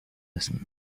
listen